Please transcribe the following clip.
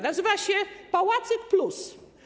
Nazywa się pałacyk+.